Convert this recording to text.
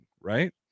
right